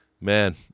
man